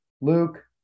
Luke